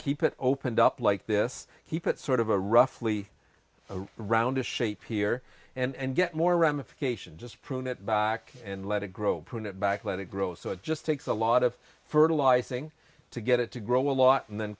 keep it opened up like this keep it sort of a roughly round shape here and get more ramifications just prune it back and let it grow prune it back let it grow so it just takes a lot of fertilising to get it to grow a lot and then